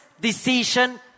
decision